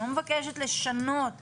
אני לא מבקשת לשנות ל-69.